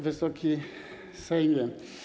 Wysoki Sejmie!